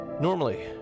Normally